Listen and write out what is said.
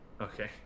Okay